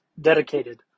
dedicated